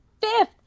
fifth